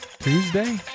Tuesday